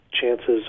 chances